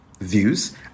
views